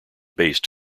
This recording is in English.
based